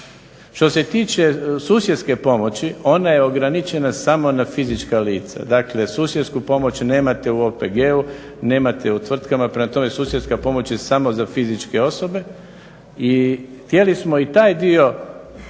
Što se tiče susjedske pomoći, ona je ograničena samo na fizička lica. Dakle, susjedsku pomoć nemate u OPG-u, nemate u tvrtkama, prema tome susjedska pomoć je samo za fizičke osobe. I htjeli smo i taj dio